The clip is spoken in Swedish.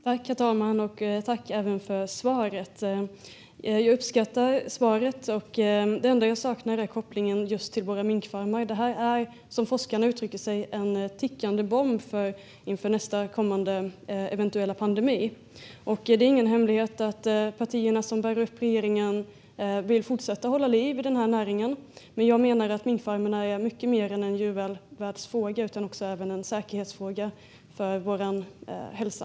Herr talman! Tack, statsrådet, för svaret! Jag uppskattar det. Det enda jag saknar är kopplingen till våra minkfarmer. Det här är, som forskarna uttrycker det, en tickande bomb inför nästa eventuella pandemi. Det är ingen hemlighet att partierna som bär upp regeringen vill fortsätta hålla liv i den här näringen, men jag menar att minkfarmerna är mycket mer än en djurvälfärdsfråga. Det är också en säkerhetsfråga för vår hälsa.